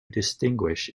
distinguish